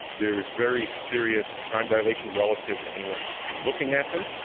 there is very serious time dilation relative to anyone looking at them.